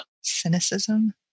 Cynicism